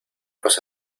cosa